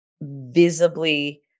visibly